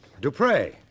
Dupre